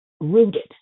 rooted